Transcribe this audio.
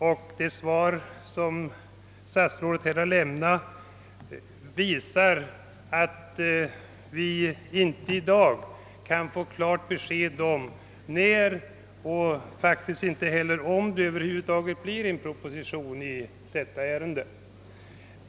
Av det svar som statsrådet nu lämnat framgår att vi inte i dag kan få klart besked om när och faktiskt inte heller om det över huvud taget kommer att framläggas en proposition i detta ärende.